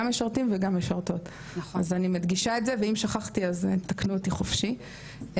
משרתים וגם משרתות אז אני מדגישה את זה ואם שכחתי אז תקנו אותי חופשי.